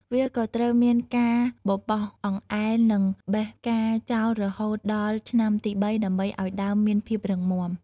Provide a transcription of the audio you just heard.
វាក៏ត្រូវមានការបរបោសអង្អែលនិងបេះផ្កាចោលរហូតដល់ឆ្នាំទីបីដើម្បីឱ្យដើមមានភាពរឹងមាំ។